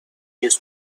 news